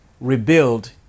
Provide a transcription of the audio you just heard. Rebuild